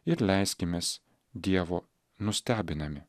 ir leiskimės dievo nustebinami